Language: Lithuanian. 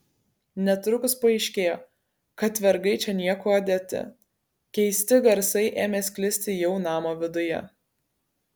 netrukus paaiškėjo kad vergai čia niekuo dėti keisti garsai ėmė sklisti jau namo viduje